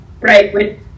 Right